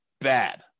Bad